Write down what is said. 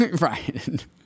Right